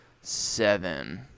seven